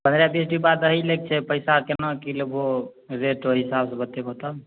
पंद्रह बीस डिब्बा दही लैके छै पैसा केना की लेबहो रेट ओहि हिसाब से बतेबहो तब ने